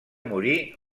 morí